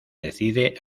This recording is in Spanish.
decide